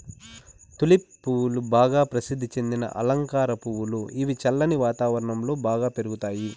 tulip పువ్వులు బాగా ప్రసిద్ది చెందిన అలంకార పువ్వులు, ఇవి చల్లని వాతావరణం లో బాగా పెరుగుతాయి